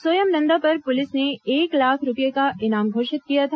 सोयम नंदा पर पुलिस ने एक लाख रूपये का इनाम घोषित किया था